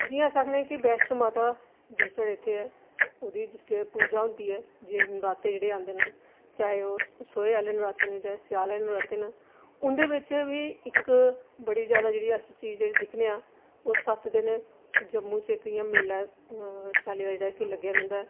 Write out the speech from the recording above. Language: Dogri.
जि'यां अस आखने कि बैश्णो माता जेह्ड़ी साढ़ी इत्थै ऐ ओह्दी जिसलै पूजा होंदी ऐ जेह्डे़ नराते जेह्ड़े औंदे न चाहे ओह् सोहै आह्ले नराते न चाहे ओह् स्याले आह्ले नराते न उं'दे बिच बी इक बडी जैदा जेह्ड़ी अस चीज जेह्ड़ी दिक्खने आं ओह् सत्त दिन जम्मू च इक इ'यां मेला चाल्ली कि जेह्ड़ा लग्गेआ रौंहदा ऐ